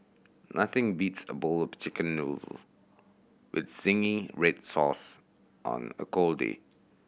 nothing beats a bowl of Chicken Noodle with zingy red sauce on a cold day